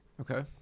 Okay